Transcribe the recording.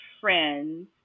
friends